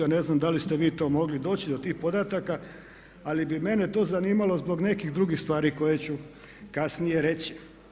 Ja ne znam da li ste vi to mogli doći do tih podataka, ali bi mene to zanimalo zbog nekih drugih stvari koje ću kasnije reći.